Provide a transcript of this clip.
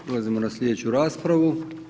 Prelazimo na sljedeću raspravu.